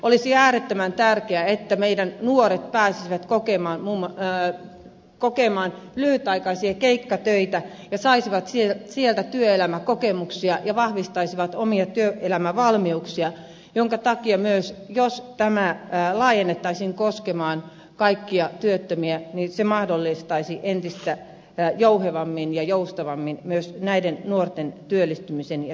olisi äärettömän tärkeää että meidän nuoret pääsisivät kokemaan lyhytaikaisia keikkatöitä ja saisivat sieltä työelämäkokemuksia ja vahvistaisivat omia työelämävalmiuksiaan jolloin myös jos tämä laajennettaisiin koskemaan kaikkia työttömiä se mahdollistaisi entistä jouhevammin ja joustavammin myös näiden nuorten työllistymisen ja työelämävalmiuksien vahvistamisen